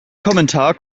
kommentar